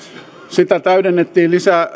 sitä täydennettiin